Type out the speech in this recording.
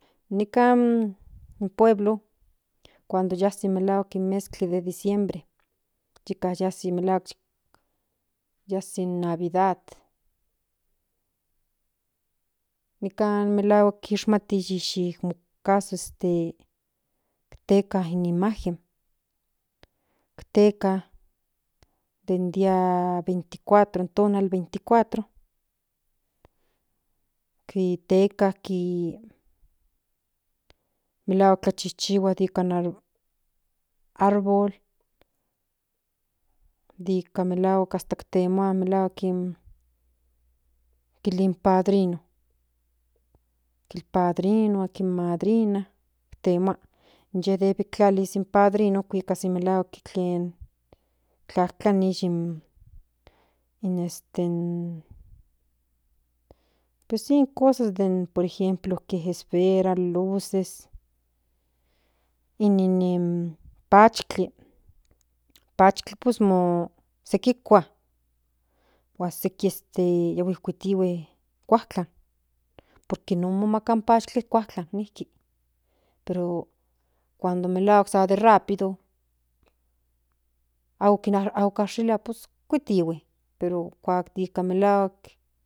Nikan in pueblo cuando kasi in mezkli de diciembre aka yazi malhual yasi in navidad nikan melahuak kishmati yi teka in imagen den dia veinticuatro in tonal veinticuatro tikteka melahuak tlachichihua ika árbol nika melahuak hasta temua kilin padrino kin madrina temaka inye debe temakas in padrino ken tlajtlanis in este pues si in cosas den den por ejemplo esferas luces nin nin pachkli pues mo se kuika huan se kieste yahue kuitihue kuajtlan por que non mo maka pashtli kuajtlan nijki cuando melahuak san rápido ako kashilia pues kitihue pero kuak ti melahuak.